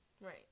Right